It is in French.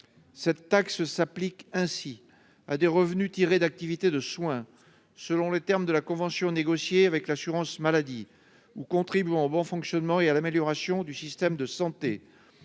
Cette taxe s'applique ainsi à des revenus tirés d'activités de soins, selon les termes de la convention négociée avec l'assurance maladie, ou contribuant au bon fonctionnement et à l'amélioration du système de santé.